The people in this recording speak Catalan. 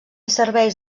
serveis